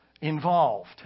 involved